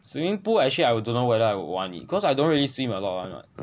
swimming pool I actually I don't know whether I would want it cause I don't really swim a lot [one] lah